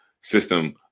system